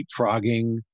leapfrogging